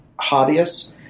hobbyists